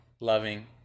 loving